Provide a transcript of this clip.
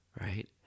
right